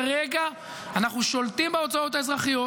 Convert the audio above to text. כרגע אנחנו שולטים בהוצאות האזרחיות.